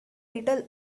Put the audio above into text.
riddle